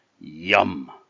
Yum